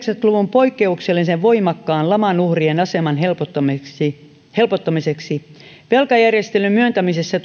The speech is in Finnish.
poikkeuksellisen voimakkaan laman uhrien aseman helpottamiseksi helpottamiseksi tulisi velkajärjestelyn myöntämisessä